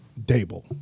Dable